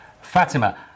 Fatima